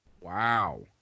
Wow